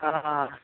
ह हा